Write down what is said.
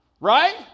Right